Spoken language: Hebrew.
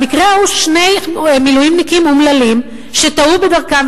במקרה ההוא שני מילואימניקים אומללים שטעו בדרכם,